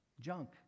junk